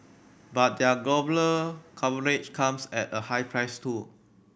but their global coverage comes at a high price too